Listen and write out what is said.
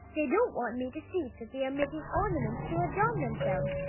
they don't want me to see that they are making ornaments to adorn themselves,